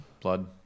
Blood